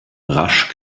rasch